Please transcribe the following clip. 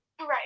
Right